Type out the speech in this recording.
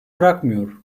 bırakmıyor